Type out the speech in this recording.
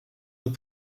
nous